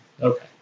okay